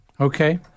Okay